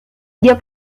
dio